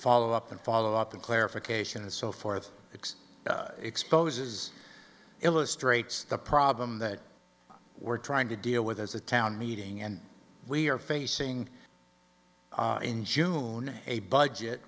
follow up and follow up a clarification and so forth it's exposes illustrates the problem that we're trying to deal with as a town meeting and we are facing in june a budget